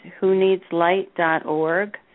whoneedslight.org